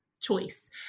choice